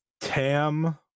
Tam